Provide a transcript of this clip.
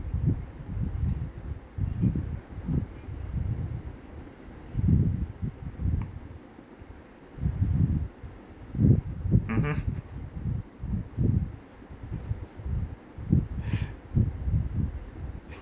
mmhmm